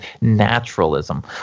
naturalism